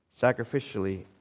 sacrificially